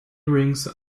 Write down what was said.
rings